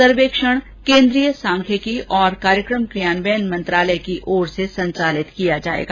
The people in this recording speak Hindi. सर्वेक्षण केन्द्रीय सांख्यिकी और कार्यक्रम कियान्वयन मंत्रालय की ओर से संचालित किया जाएगा